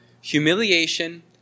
Humiliation